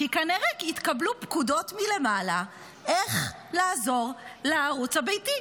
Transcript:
כי כנראה התקבלו פקודות מלמעלה איך לעזור לערוץ הביתי.